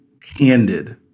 candid